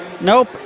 Nope